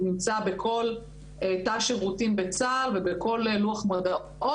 נמצא בכל תא שירותים על לוח המודעות.